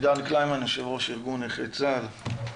עידן קלימן יו"ר ארגון נכי צה"ל בבקשה.